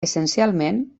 essencialment